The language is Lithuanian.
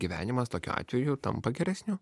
gyvenimas tokiu atveju tampa geresniu